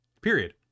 Period